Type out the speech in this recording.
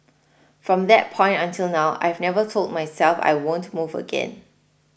from that point until now I've never told myself I won't move again